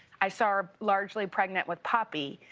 i saw her largely pregnant with poppy,